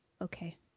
okay